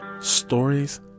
stories